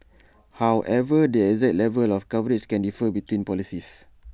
however the exact level of coverage can differ between policies